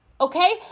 okay